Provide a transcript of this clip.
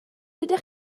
ydych